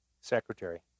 Secretary